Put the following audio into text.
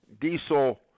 diesel